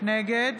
נגד